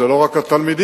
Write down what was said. זה לא רק התלמידים,